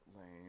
lame